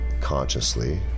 consciously